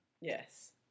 Yes